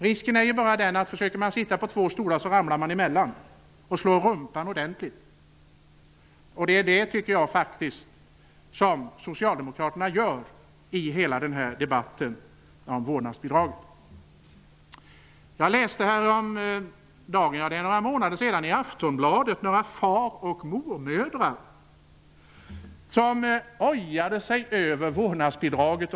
Risken är bara att man, om man försöker att sitta på två stolar samtidigt, ramlar emellan och slår rumpan ordentligt. Jag tycker faktiskt att det är det som socialdemokraterna gör i debatten om vårdnadsbidraget. Jag läste för några månader sedan i Aftonbladet en artikel där några far och mormödrar ojade sig över vårdnadsbidraget.